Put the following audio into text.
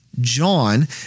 John